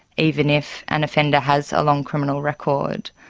even if an offender has a long criminal record.